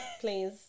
please